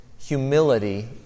humility